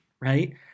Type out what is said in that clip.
right